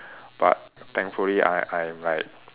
but thankfully I I'm like